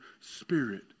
spirit